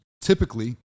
Typically